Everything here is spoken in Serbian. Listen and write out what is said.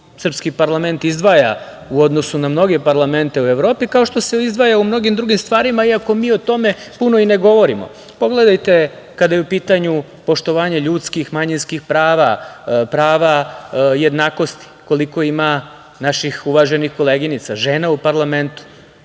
srpski parlament izdvaja u odnosu na mnoge parlamente u Evropi, kao što se izdvaja i u mnogim drugim stvarima, iako mi o tome puno i ne govorimo. Pogledajte, kada je u pitanju poštovanje ljudskih, manjinskih prava, prava jednakosti, koliko ima naših uvaženih koleginica, žena u parlamentu,